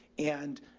and,